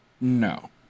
No